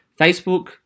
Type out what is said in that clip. Facebook